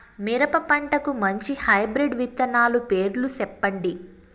మిరప పంటకు మంచి హైబ్రిడ్ విత్తనాలు పేర్లు సెప్పండి?